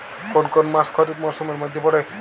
কোন কোন মাস খরিফ মরসুমের মধ্যে পড়ে?